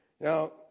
Now